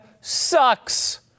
sucks